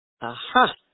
Aha